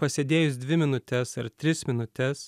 pasėdėjus dvi minutes ar tris minutes